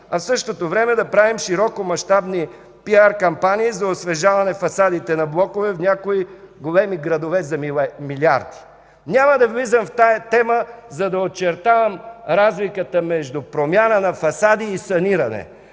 а в същото време да правим широкомащабни пиар кампании за освежаване на фасадите на блокове в някои големи градове за милиарда лева. Няма да влизам в тази тема, за да очертавам разликата между промяна на фасади и саниране.